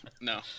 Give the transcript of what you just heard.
No